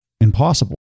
impossible